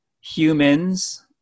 humans